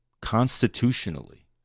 constitutionally